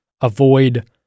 avoid